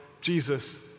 Jesus